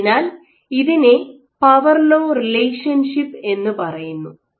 അതിനാൽ ഇതിനെ power law relationship എന്നു പറയുന്നു